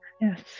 Yes